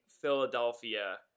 Philadelphia